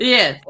Yes